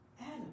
Adam